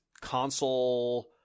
console